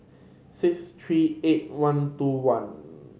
six three eight one two one